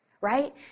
right